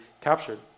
captured